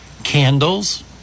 Candles